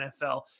NFL